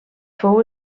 fou